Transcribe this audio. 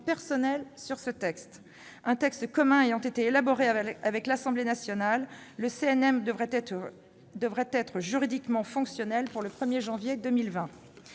proposition de loi. Un texte commun ayant été élaboré avec l'Assemblée nationale, le CNM devrait être juridiquement fonctionnel au 1 janvier 2020.